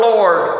Lord